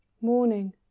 Morning